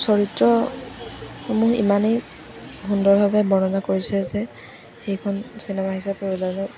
চৰিত্ৰসমূহ ইমানেই সুন্দৰভাৱে বৰ্ণনা কৰিছে যে সেইখন চিনেমা হিচাপে ওলালে